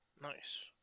Nice